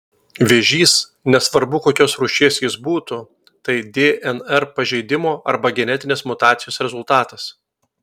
vėžys nesvarbu kokios rūšies jis būtų tai dnr pažeidimo arba genetinės mutacijos rezultatas